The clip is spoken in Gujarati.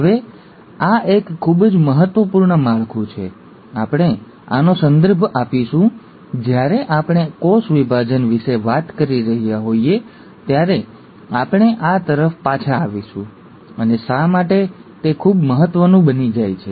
હવે આ એક ખૂબ જ મહત્વપૂર્ણ માળખું છે આપણે આનો સંદર્ભ આપીશું જ્યારે આપણે કોષ વિભાજન વિશે વાત કરી રહ્યા હોઈએ ત્યારે આપણે આ તરફ પાછા આવીશું અને શા માટે તે ખૂબ મહત્વનું બની જાય છે